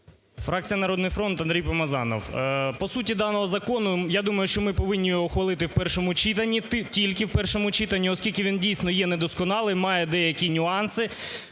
Фракція "Народний фронт", Андрій Помазанов. По суті даного закону, я думаю, що ми повинні ухвалити його у першому читанні, тільки у першому читанні, оскільки він дійсно є недосконалий, має деякі нюанси.